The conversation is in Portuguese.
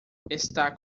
estar